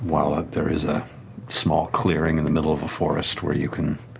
well, ah there is a small clearing in the middle of a forest where you can